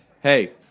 hey